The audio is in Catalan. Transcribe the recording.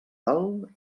del